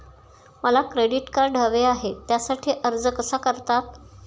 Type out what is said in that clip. मला credit card हवे आहे त्यासाठी अर्ज कसा करतात?